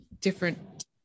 different